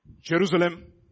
Jerusalem